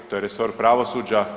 To je resor pravosuđa.